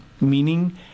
Meaning